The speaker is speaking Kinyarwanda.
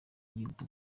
yihuta